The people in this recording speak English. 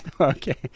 okay